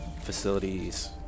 facilities